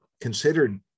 considered